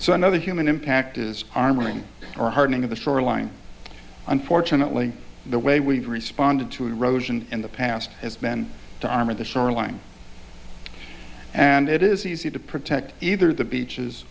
so another human impact is our marine or hardening of the shoreline unfortunately the way we've responded to erosion in the past has been to armor the shoreline and it is easy to protect either the beaches